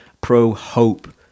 pro-hope